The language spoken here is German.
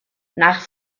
nach